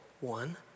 One